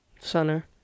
Center